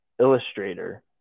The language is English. Illustrator